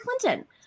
Clinton